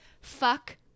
fuck